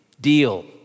deal